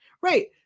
right